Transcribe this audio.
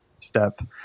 step